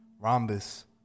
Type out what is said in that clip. rhombus